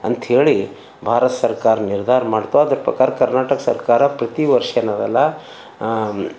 ಅಂತ ಹೇಳಿ ಭಾರತ ಸರ್ಕಾರ ನಿರ್ಧಾರ ಮಾಡಿತು ಅದ್ರ ಪ್ರಕಾರ ಕರ್ನಾಟಕ ಸರ್ಕಾರ ಪ್ರತಿ ವರ್ಷ ಏನದಲ್ಲ